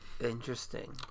Interesting